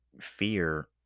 Fear